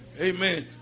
Amen